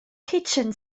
kitchen